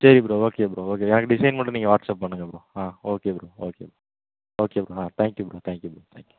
சரி bro okay bro okay எனக்கு design மட்டும் நீங்கள் வாட்ஸ்ஆப் பண்ணுங்கள் ப்ரோ ஆ okay bro okay okay bro ஆ thank you bro thank you bro thank you